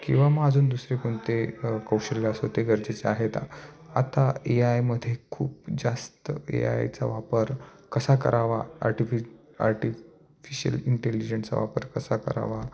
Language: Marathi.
किंवा मग अजून दुसरे कोणते कौशल्य असो ते गरजेचे आहेत आता ए आयमध्ये खूप जास्त ए आय चा वापर कसा करावा आर्टिफि आर्टिफिशल इंटेलिजन्चा वापर कसा करावा